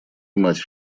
мать